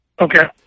Okay